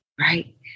right